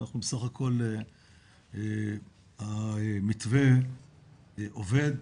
בסך הכל המתווה עובד.